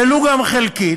ולו גם חלקית.